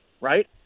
Right